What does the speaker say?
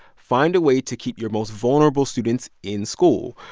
find a way to keep your most vulnerable students in school.